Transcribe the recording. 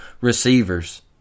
receivers